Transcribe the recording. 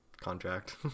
contract